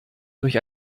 durch